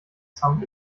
some